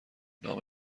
نام